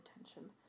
attention